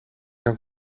dan